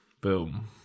Boom